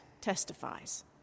testifies